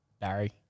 Barry